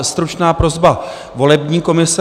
Stručná prosba volební komise.